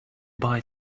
buy